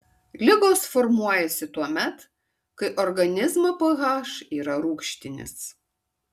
ligos formuojasi tuomet kai organizmo ph yra rūgštinis